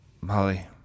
Molly